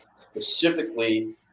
specifically